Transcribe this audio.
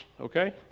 okay